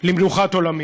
למנוחת עולמים.